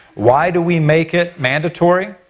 why do we make it mandatory?